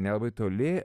nelabai toli